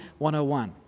101